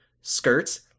Skirts